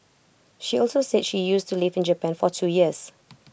she also said she used to lived in Japan for two years